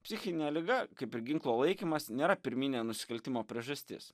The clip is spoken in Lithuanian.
psichinė liga kaip ir ginklo laikymas nėra pirminė nusikaltimo priežastis